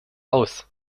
aus